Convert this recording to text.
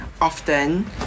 Often